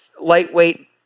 lightweight